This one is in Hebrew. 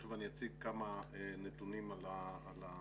תכף אני אציג כמה נתונים על המצגת.